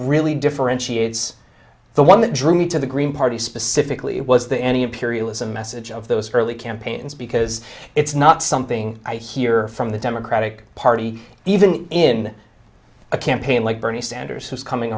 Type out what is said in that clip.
really differentiates the one that drew me to the green party specifically it was the any imperialism message of those early campaigns because it's not something i hear from the democratic party even in a campaign like bernie sanders who is coming